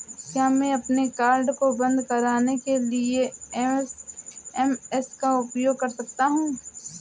क्या मैं अपने कार्ड को बंद कराने के लिए एस.एम.एस का उपयोग कर सकता हूँ?